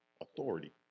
authority